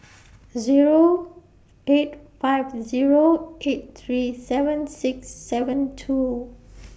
Zero eight five Zero eight three seven six seven two